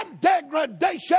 degradation